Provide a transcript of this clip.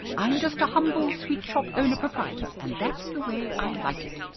i'm just a humble sweet shop owner-proprietor, and that's the way i like it.